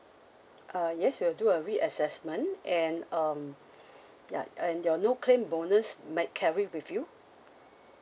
uh yes we will do a reassessment and um ya and your no claim bonus might carry with you